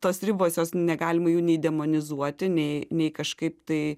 tos ribos jos negalima jų nei demonizuoti nei nei kažkaip tai